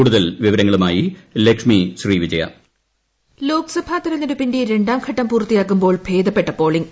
കൂടുതൽ വിവരങ്ങളുമായി Lakshmi Sree Vijaya election voice Lok Sabha തെരഞ്ഞെടുപ്പിന്റെ രണ്ടാം ഘട്ടം പൂർത്തിയാകുമ്പോൾ ഭേദപ്പെട്ട പോളിംഗ്